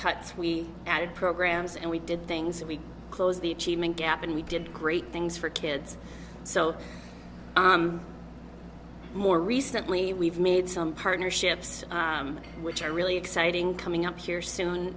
cuts we added programs and we did things we close the achievement gap and we did great things for kids so more recently we've made some partnerships which are really exciting coming up here soon